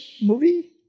movie